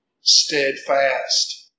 steadfast